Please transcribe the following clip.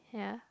ya